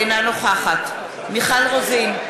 אינה נוכחת מיכל רוזין,